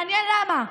מעניין למה.